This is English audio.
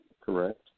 correct